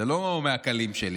זה לא מהקלים שלי,